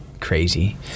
crazy